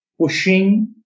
pushing